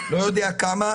לא יודע כמה,